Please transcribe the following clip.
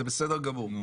זה בסדר גמור.